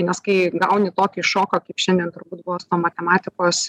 nes kai gauni tokį šoką kaip šiandien turbūt buvo su tuo matematikos